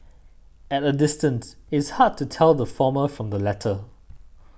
at a distance it's hard to tell the former from the latter